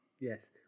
Yes